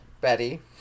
Betty